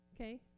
Okay